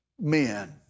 men